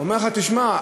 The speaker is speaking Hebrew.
הוא אומר לך: תשמע,